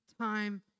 time